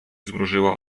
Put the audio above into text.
zmrużyła